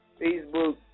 Facebook